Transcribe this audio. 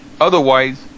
Otherwise